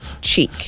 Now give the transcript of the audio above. cheek